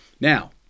Now